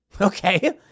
Okay